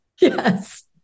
Yes